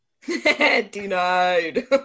Denied